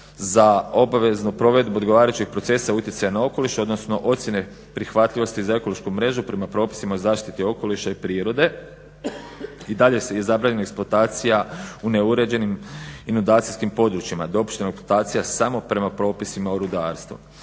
za obaveznu provedbu odgovarajućih procesa utjecaja na okoliš, odnosno ocjene prihvatljivosti za ekološku mrežu prema propisima o zaštiti okoliša i prirode. I dalje je zabranjena je eksploatacija u neuređeni i nudacijskim područjima, dopuštena eksploatacija samo prema propisima o rudarstvu.